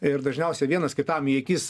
ir dažniausiai vienas kitam į akis